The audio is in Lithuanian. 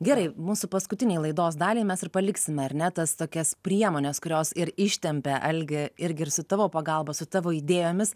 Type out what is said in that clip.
gerai mūsų paskutinei laidos daliai mes ir paliksime ar ne tas tokias priemones kurios ir ištempė algį irgi ir su tavo pagalba ir su tavo idėjomis